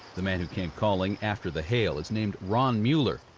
the man who came calling after the hail is named ron mueller.